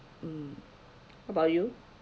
hmm what about you